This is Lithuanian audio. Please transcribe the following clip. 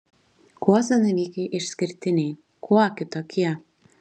kuo zanavykai išskirtiniai kuo kitokie